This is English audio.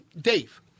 Dave